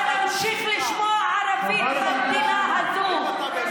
אתה תמשיך לשמוע ערבית במדינה הזאת.